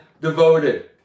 devoted